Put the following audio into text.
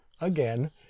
again